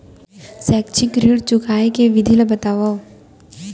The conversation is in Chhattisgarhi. शैक्षिक ऋण चुकाए के विधि ला बतावव